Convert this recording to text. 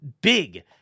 big